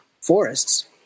forests